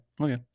Okay